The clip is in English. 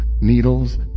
needles